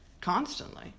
constantly